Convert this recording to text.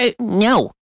no